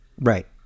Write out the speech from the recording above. Right